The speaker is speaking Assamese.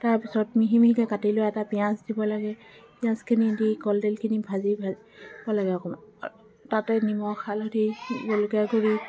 তাৰপিছত মিহি মিহিকৈ কাটি লোৱা এটা পিয়াজ দিব লাগে পিয়াজখিনি দি কলদিনখিনি ভাজিব লাগে অকণমান তাতে নিমখ হালধি জলকীয়া গুড়ি